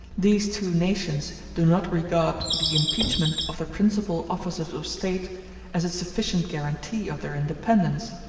these two nations do not regard the impeachment of the principal officers of state as a sufficient guarantee of their independence.